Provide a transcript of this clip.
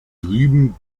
drüben